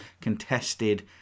contested